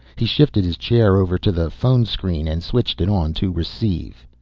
he shifted his chair over to the phone-screen and switched it on to receive.